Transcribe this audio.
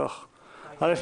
א',